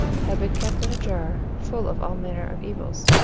have been kept in a jar full of all manner of evils,